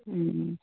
ᱦᱩᱸᱻ